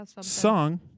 song